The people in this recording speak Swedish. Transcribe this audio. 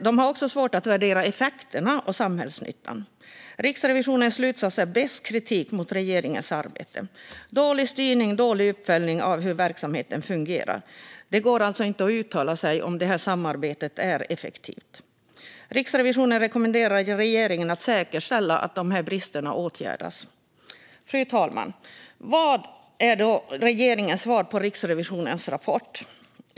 De har också svårt att värdera effekterna och samhällsnyttan. Riksrevisionens slutsats är besk kritik mot regeringens arbete. Det är dålig styrning och dålig uppföljning av hur verksamheten fungerat. Det går alltså inte att uttala sig om arbetet är effektivt. Riksrevisionen rekommenderar regeringen att säkerställa att dessa brister åtgärdas. Fru talman! Vad är då regeringens svar på Riksrevisionens rapport?